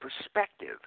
perspective